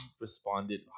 responded